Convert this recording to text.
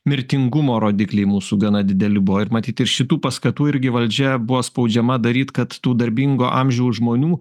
mirtingumo rodikliai mūsų gana dideli buvo ir matyt ir šitų paskatų irgi valdžia buvo spaudžiama daryt kad tų darbingo amžiaus žmonių